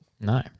No